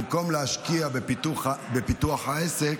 במקום להשקיע בפיתוח העסק,